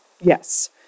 Yes